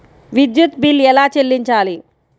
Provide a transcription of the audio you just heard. విద్యుత్ బిల్ ఎలా చెల్లించాలి?